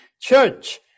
church